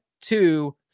two